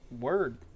Word